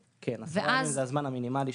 כן, עשרה ימים זה הזמן המינימאלי.